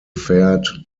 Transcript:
fared